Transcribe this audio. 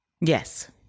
Yes